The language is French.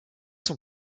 son